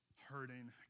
Hurting